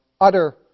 utter